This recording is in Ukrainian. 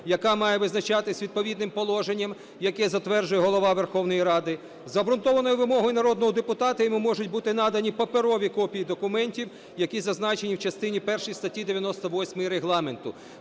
яка має визначатись відповідним положенням, яке затверджує Голова Верховної Ради. З обґрунтованою вимогою народного депутата йому можуть бути надані паперові копії документів, які зазначені в частині першій статті 98 Регламенту.